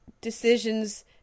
decisions